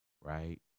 Right